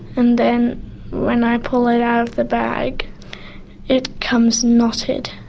and then when i pull it out of the bag it comes knotted,